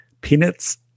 peanuts